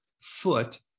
foot